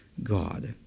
God